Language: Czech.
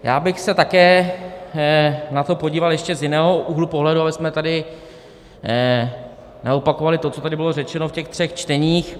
Já bych se také na to podíval ještě z jiného úhlu pohledu, abychom tady neopakovali to, co tady bylo řečeno v těch třech čteních.